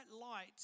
light